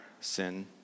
sin